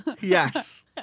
Yes